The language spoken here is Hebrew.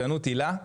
הילה,